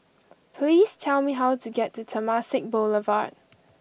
please tell me how to get to Temasek Boulevard